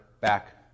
back